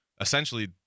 essentially